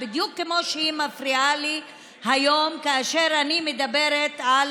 בדיוק כמו שהיא מפריעה לי היום כאשר אני מדברת על